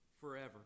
forever